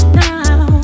now